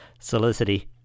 solicity